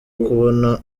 kubona